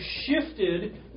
shifted